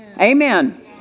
Amen